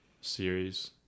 series